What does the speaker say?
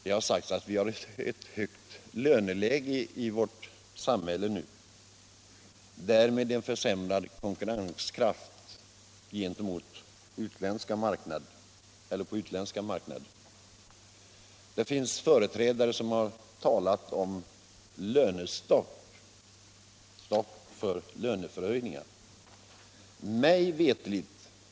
Det har sagts att vi har ett högt löneläge i vårt land och därmed dålig konkurrenskraft på den utländska marknaden. Det finns de som har talat om lönestopp, dvs. ingen inkomstökning för de anställda.